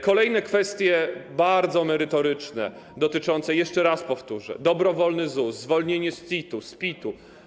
Kolejne kwestie, bardzo merytoryczne, dotyczące - jeszcze raz powtórzę - dobrowolnego ZUS-u, zwolnienia z CIT-u, z PIT-u.